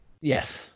Yes